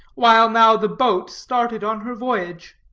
while now the boat started on her voyage.